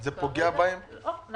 אנחנו